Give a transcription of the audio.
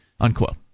unquote